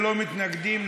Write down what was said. ללא מתנגדים,